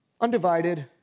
undivided